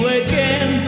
again